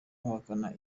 bahakana